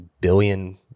billion